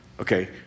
Okay